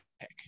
pick